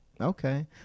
Okay